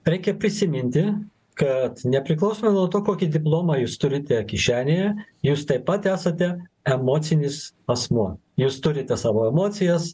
reikia prisiminti kad nepriklausomai nuo to kokį diplomą jūs turite kišenėje jūs taip pat esate emocinis asmuo jūs turite savo emocijas